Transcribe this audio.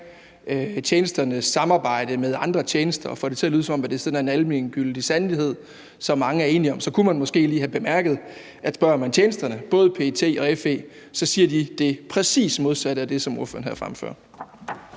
tjenesternes samarbejde med andre tjenester og får det til at lyde, som om det er sådan en almengyldig sandhed, som mange er enige om, så kunne man måske lige have bemærket, at hvis man spørger tjenesterne, både PET og FE, så siger de det præcis modsatte af det, som ordføreren her fremfører.